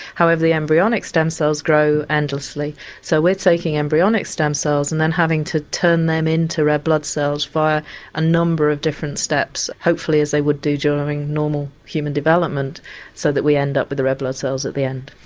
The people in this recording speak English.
however the embryonic stem cells grow endlessly so we're taking embryonic stem cells and then having to turn them into red blood cells via a number of different steps hopefully as they would do during normal human development so that we end up with the red blood cells at the end.